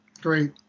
Great